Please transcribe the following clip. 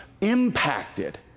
impacted